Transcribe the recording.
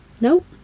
Nope